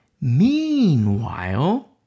meanwhile